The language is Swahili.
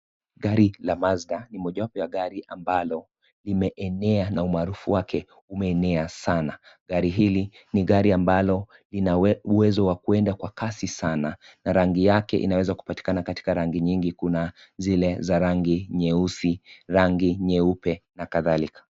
Gari La Mazda, ni mojawapo wa gari ambalo, imeenea na umaarufu wake umeenea sana. Gari hili ni gari ambalo, ina uwezo wa kuenda kwa kasi sana. Na rangi yake, inaweza kupatikana katika rangi nyingi. Kuna zile za rangi nyeusi, rangi nyeupe na kadhalika.